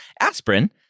aspirin